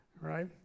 right